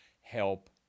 help